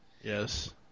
Yes